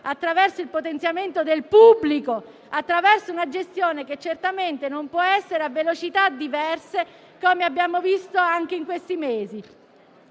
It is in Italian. attraverso il potenziamento del pubblico e una gestione che certamente non può essere a velocità diverse, come abbiamo visto anche in questi mesi;